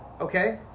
okay